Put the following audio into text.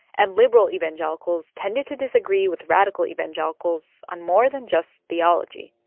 and liberal evangelicals tended to disagree with radical evangelicals on more than just theology.